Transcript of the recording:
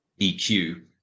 EQ